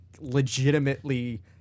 legitimately